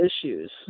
issues